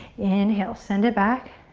inhale, send it back.